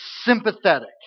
sympathetic